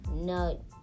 No